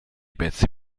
pezzi